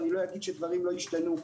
אני לא אגיד שדברים לא השתנו.